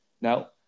Now